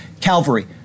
Calvary